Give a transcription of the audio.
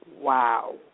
Wow